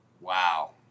Wow